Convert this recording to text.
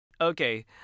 Okay